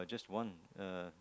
just one uh